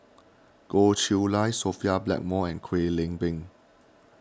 Goh Chiew Lye Sophia Blackmore and Kwek Leng Beng